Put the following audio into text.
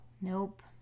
Nope